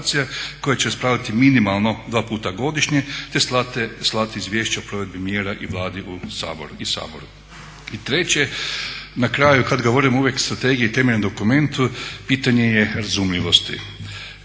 koji će raspravljati minimalno dva puta godišnje te slati izvješća o provedbi mjera i Vladi i Saboru. I treće, na kraju kad govorimo uvijek o strategiji kao temeljnom dokumentu pitanje je razumljivosti.